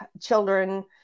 children